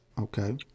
Okay